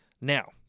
Now